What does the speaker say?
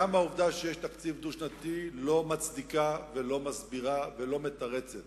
גם העובדה שיש תקציב דו-שנתי לא מצדיקה ולא מסבירה ולא מתרצת